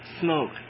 smoke